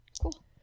Cool